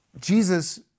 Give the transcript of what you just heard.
Jesus